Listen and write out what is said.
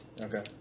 Okay